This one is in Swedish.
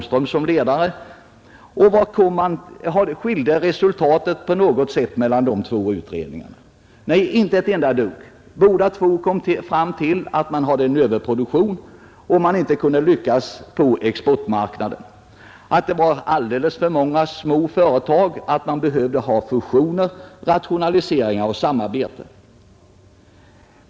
Skilde sig resultaten av dessa två utredningar på något sätt från varandra? Nej, inte ett dugg! Båda utredningarna kom fram till att man hade en överproduktion, att man inte hade lyckats på exportmarknaden, att det fanns alldeles för många små företag och att det behövdes fusioner, rationaliseringar och samarbete.